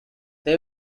they